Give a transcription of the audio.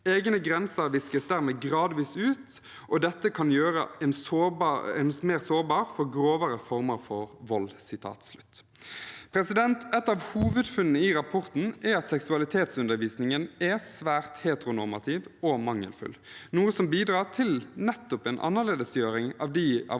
Egne grenser viskes dermed gradvis ut, og dette kan gjøre en sårbar for grovere former for vold». Et av hovedfunnene i rapporten er at seksualitetsundervisningen er svært heteronormativ og mangelfull, noe som bidrar til nettopp en annerledesgjøring av dem av